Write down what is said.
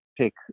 pick